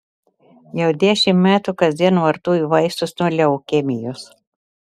jau dešimt metų kasdien vartoju vaistus nuo leukemijos